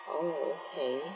oh okay